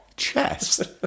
chest